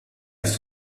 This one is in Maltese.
kif